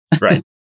Right